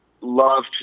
love